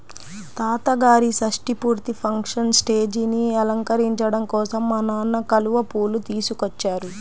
తాతగారి షష్టి పూర్తి ఫంక్షన్ స్టేజీని అలంకరించడం కోసం మా నాన్న కలువ పూలు తీసుకొచ్చారు